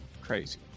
crazy